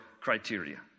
criteria